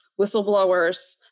whistleblowers